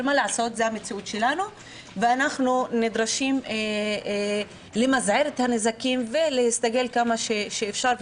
אבל זו המציאות שלנו ואנחנו נדרשים למזער את הנזקים ולהסתכל כמה אפשר,